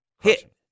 hit